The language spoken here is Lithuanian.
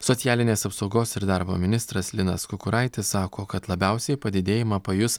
socialinės apsaugos ir darbo ministras linas kukuraitis sako kad labiausiai padidėjimą pajus